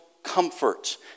Comfort